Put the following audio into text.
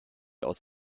aus